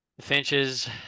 Finches